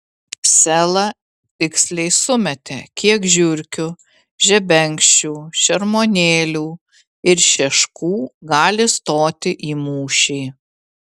sela tiksliai sumetė kiek žiurkių žebenkščių šermuonėlių ir šeškų gali stoti į mūšį